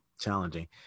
challenging